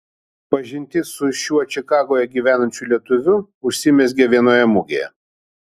pažintis su šiuo čikagoje gyvenančiu lietuviu užsimezgė vienoje mugėje